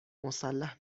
مسلح